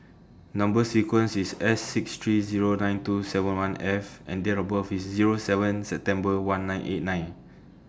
Number sequence IS S six three Zero nine two seven one F and Date of birth IS Zero seven September one nine eight nine